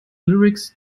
lyrics